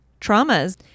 traumas